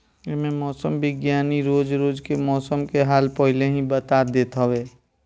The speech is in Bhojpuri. एमे मौसम विज्ञानी रोज रोज के मौसम के हाल पहिले ही बता देत हवे